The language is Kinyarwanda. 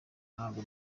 ntago